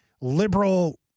liberal